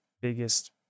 biggest